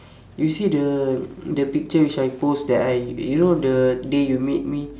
you see the the picture which I post that I you know the day you meet me